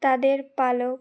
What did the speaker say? তাদের পালক